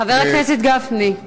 חבר הכנסת גפני,